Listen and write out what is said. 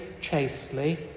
chastely